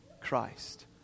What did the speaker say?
Christ